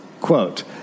quote